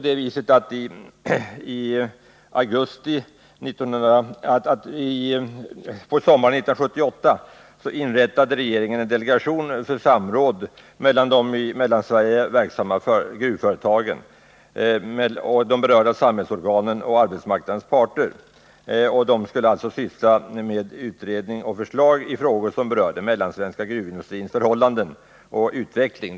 Sommaren 1978 inrättade regeringen en delegation för samråd mellan de i Mellansverige verksamma gruvföretagen, de berörda samhällsorganen och arbetsmarknadens parter. De skulle alltså syssla med utredning och förslag i frågor som berörde den mellansvenska gruvindustrins förhållanden och dess utveckling.